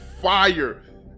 fire